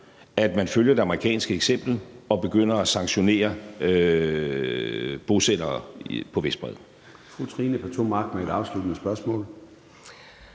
at man følger det amerikanske eksempel og begynder at sanktionere bosættere på Vestbredden.